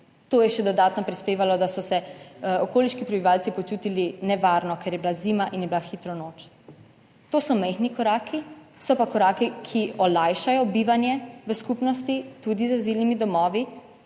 to je še dodatno prispevalo, da so se okoliški prebivalci počutili nevarno, ker je bila zima in je bila hitro noč. To so majhni koraki, so pa koraki, ki olajšajo bivanje v skupnosti tudi z azilnimi domovi,